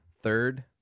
third